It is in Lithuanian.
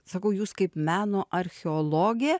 sakau jūs kaip meno archeologė